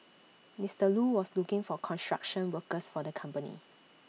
Mister Lu was looking for construction workers for the company